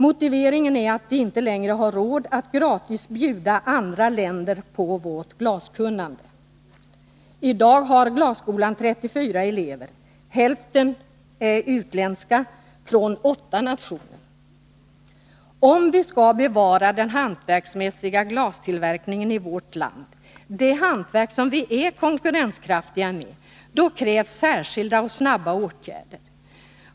Motiveringen är att man inte längre har råd att gratis bjuda andra länder på vårt glaskunnande —- i dag har glasskolan 34 elever, och hälften av dem är utlänningar från åtta nationer, Om vi skall bevara den hantverksmässiga glastillverkningen i vårt land, det hantverk som vi är konkurrenskraftiga med, då krävs särskilda och snabba åtgärder.